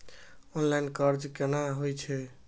Online कर्ज केना होई छै?